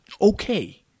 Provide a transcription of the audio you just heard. okay